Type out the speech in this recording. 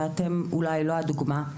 ואתם אולי לא הדוגמה.